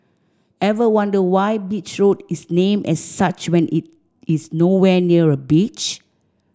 ever wonder why Beach Road is named as such when it is nowhere near a beach